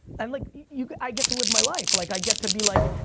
um like, yeah i get to live my life. like, i get to be like,